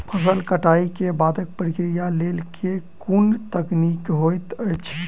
फसल कटाई केँ बादक प्रक्रिया लेल केँ कुन तकनीकी होइत अछि?